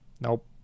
nope